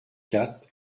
quatre